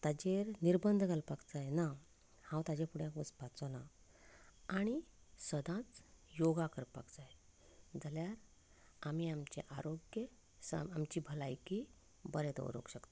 ताजेर र्निबंद घालपाक जाय ना हांव ताजे फुड्यान वचपाचो ना आनी सदांच योगा करपाक जाय जाल्यार आमी आमचें आरोग्य साम आमची भलायकी बरें दवरूंक शकतले